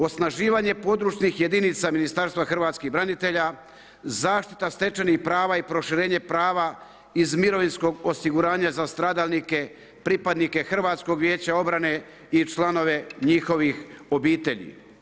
Osnaživanje područnih jedinica Ministarstva hrvatskih branitelja, zaštita stečenih prava i proširenje prava iz mirovinskog osiguranja za stradalnike pripadnike Hrvatskog vijeća obrane i članove njihovih obitelji.